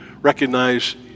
recognize